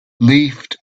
leafed